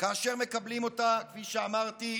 כאשר מקבלים אותה, כפי שאמרתי,